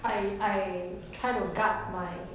I I try to guard my